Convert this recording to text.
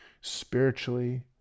spiritually